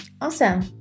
awesome